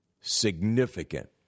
significant